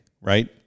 right